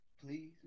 Please